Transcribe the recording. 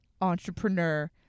entrepreneur